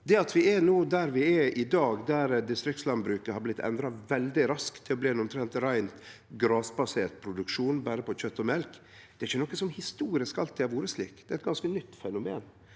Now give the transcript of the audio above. Det at vi no er der vi er i dag, der distriktslandbruket har blitt endra veldig raskt til å bli ein omtrent reint grasbasert produksjon av berre kjøt og mjølk, er ikkje noko som historisk alltid har vore slik. Det er eit ganske nytt fenomen.